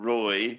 Roy